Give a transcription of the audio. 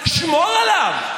שמור עליו.